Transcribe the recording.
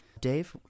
Dave